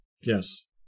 Yes